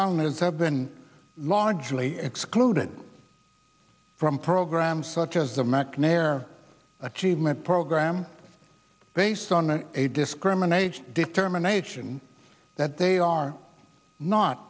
continents have been largely excluded from programs such as the mcnair achievement program based on a discriminate determination that they are not